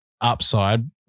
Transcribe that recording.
upside